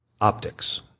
optics